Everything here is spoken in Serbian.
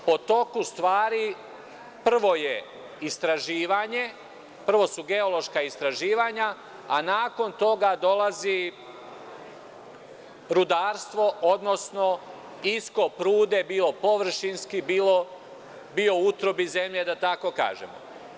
Po toku stvari, prvo je istraživanje, prvo su geološka istraživanja, a nakon toga dolazi rudarstvo, odnosno iskop rude, bio površinski, bio u utrobi zemlje, da tako kažemo.